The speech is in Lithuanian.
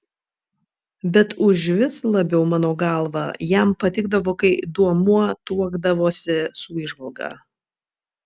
bet užvis labiau mano galva jam patikdavo kai duomuo tuokdavosi su įžvalga